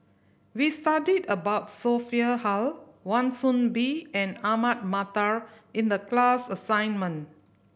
we studied about Sophia Hull Wan Soon Bee and Ahmad Mattar in the class assignment